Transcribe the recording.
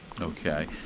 Okay